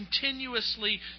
continuously